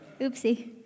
Oopsie